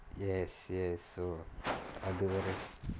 yes yes so அது ஒரு:athu oru